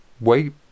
wait